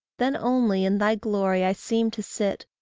then only in thy glory i seem to sit,